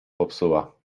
popsuła